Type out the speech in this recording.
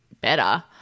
better